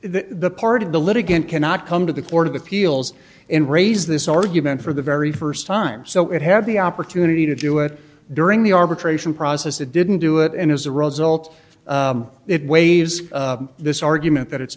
litigant cannot come to the court of appeals and raise this argument for the very first time so it had the opportunity to do it during the arbitration process it didn't do it and as a result it waives this argument that it's